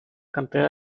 cantera